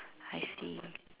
I see